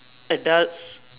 adults